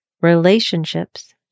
relationships